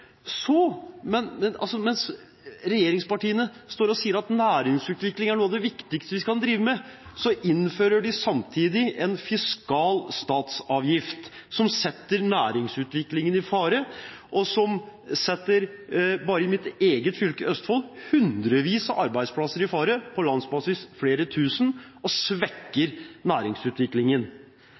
Mens regjeringspartiene står og sier at næringsutvikling er noe av det viktigste vi kan drive med, innfører de en fiskal statsavgift som setter næringsutviklingen i fare, og som bare i mitt eget fylke, Østfold, setter hundrevis av arbeidsplasser i fare, på landsbasis flere tusen, og som svekker næringsutviklingen.